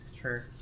Sure